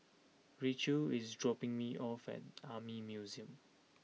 Racheal is dropping me off at Army Museum